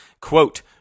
quote